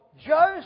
Joseph